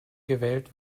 gewählt